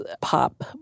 pop